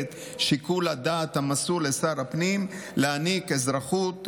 שיקול הדעת המסור לשר הפנים להעניק אזרחות,